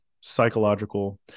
psychological